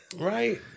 Right